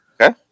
okay